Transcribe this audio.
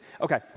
Okay